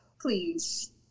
please